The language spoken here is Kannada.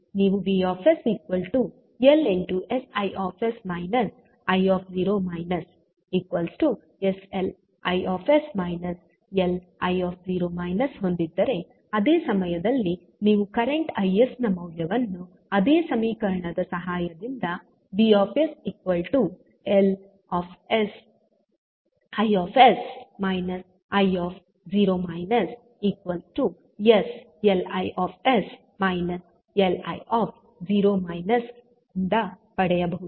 ನೀವು V LsI i sLI Li ಹೊಂದಿದ್ದರೆ ಅದೇ ಸಮಯದಲ್ಲಿ ನೀವು ಕರೆಂಟ್ I ನ ಮೌಲ್ಯವನ್ನು ಅದೇ ಸಮೀಕರಣದ ಸಹಾಯದಿಂVLsI i0 sLI Li0 ದ ಪಡೆಯಬಹುದು